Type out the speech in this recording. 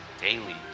daily